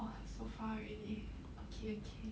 !wah! so far already okay okay